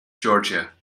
georgia